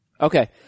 Okay